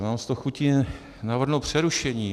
Mám sto chutí navrhnout přerušení.